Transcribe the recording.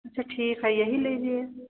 अच्छा ठीक है यही लीजिए